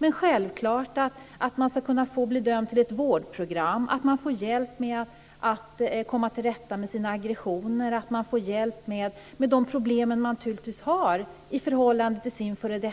Man ska självfallet kunna bli dömd till ett vårdprogram, få hjälp att komma till rätta med sina aggressioner och få hjälp med de problem man naturligtvis har i förhållandet till sin f.d.